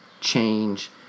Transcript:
change